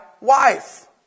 wife